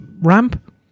Ramp